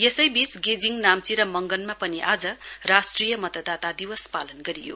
यसैबीच गेजिङ नाम्ची र मङ्गनमा पनि आज राष्ट्रिय मतदाता दिवस पालन गरियो